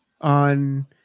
on